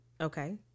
Okay